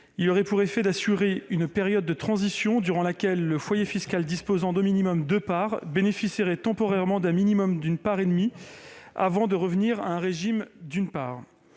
s'il était voté, d'assurer une période de transition, durant laquelle le foyer fiscal qui disposait d'au minimum deux parts bénéficierait temporairement d'un minimum d'une part et demie, avant de revenir à un régime d'une part.